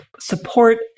support